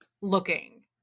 looking